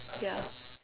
ya